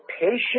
patient